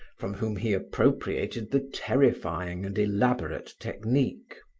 from whom he appropriated the terrifying and elaborate technique.